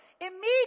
Immediately